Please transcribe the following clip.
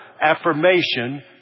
affirmation